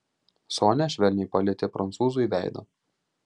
sonia švelniai palietė prancūzui veidą